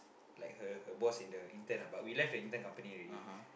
like her her boss in the intern ah but we left the intern company already